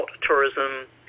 tourism